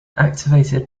activated